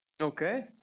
Okay